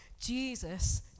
Jesus